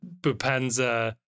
Bupenza